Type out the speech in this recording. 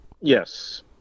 yes